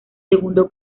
segundo